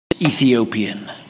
Ethiopian